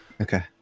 Okay